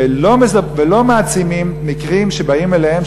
ולא מעצימים מקרים שבאים אליהם,